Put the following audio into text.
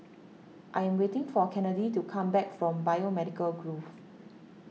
I am waiting for Kennedy to come back from Biomedical Grove